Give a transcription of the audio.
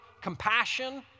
compassion